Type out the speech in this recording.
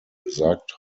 gesagt